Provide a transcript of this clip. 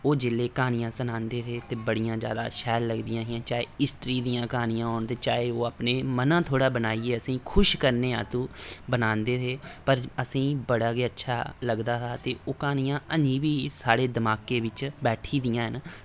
ओह् जेल्लै क्हानियां सनांदे थे ते बड़ियां जैदा शैल लगदियां हियां चाहे हिस्ट्री दियां क्हानियां होन ते चाहे ओ अपने मना थोह्ड़ा बनाइयै असें खुश करने अतूं बनांदे थे पर असें ई बड़ा गै अच्छा लगदा हा ते ओ क्हानियां अजें बी साढ़े दमाके बिच बैठी दियां न